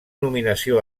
nominació